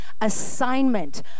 assignment